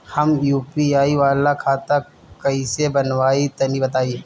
हम यू.पी.आई वाला खाता कइसे बनवाई तनि बताई?